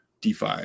DeFi